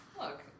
Look